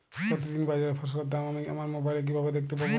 প্রতিদিন বাজারে ফসলের দাম আমি আমার মোবাইলে কিভাবে দেখতে পাব?